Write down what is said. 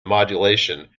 modulation